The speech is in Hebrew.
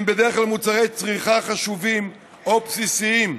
הם בדרך כלל מוצרי צריכה חשובים או בסיסיים,